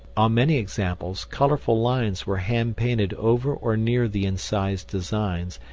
on many examples, colorful lines were hand painted over or near the incised designs,